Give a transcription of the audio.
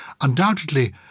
undoubtedly